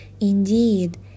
Indeed